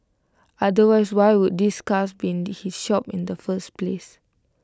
otherwise why would these cars be in his shop in the first place